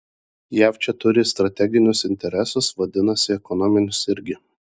jav čia turi strateginius interesus vadinasi ekonominius irgi